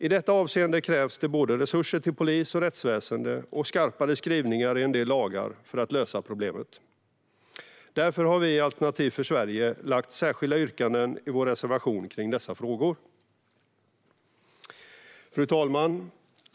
I detta avseende krävs det både resurser till polis och rättsväsen och skarpare skrivningar i en del lagar för att lösa problemet. Därför har vi i Alternativ för Sverige särskilda yrkanden i vår reservation kring dessa frågor. Fru talman!